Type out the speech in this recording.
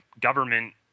government